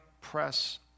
press